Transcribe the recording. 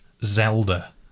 Zelda